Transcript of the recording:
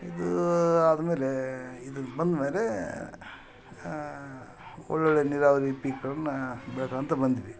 ಇದು ಆದ್ಮೇಲೆ ಇದು ಬಂದ್ಮೇಲೆ ಒಳ್ಳೊಳ್ಳೆ ನೀರಾವರಿ ಪೀಕ್ಗಳ್ನ ಬೆಳ್ಕೊಂತ ಬಂದ್ವಿ